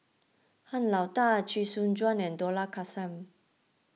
Han Lao Da Chee Soon Juan and Dollah Kassim